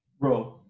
Bro